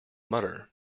mutter